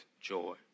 joy